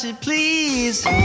Please